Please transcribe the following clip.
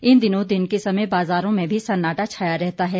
इन दिनों दिन के समय बाजारों में भी सन्नाटा छाया रहता है